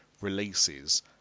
releases